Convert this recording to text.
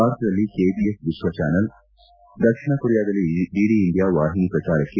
ಭಾರತದಲ್ಲಿ ಕೆಬಿಎಸ್ ವಿಶ್ವಚಾನಲ್ ದಕ್ಷಿಣ ಕೊರಿಯಾದಲ್ಲಿ ಡಿಡಿ ಇಂಡಿಯಾ ವಾಹಿನಿ ಪ್ರಸಾರಕ್ಕೆ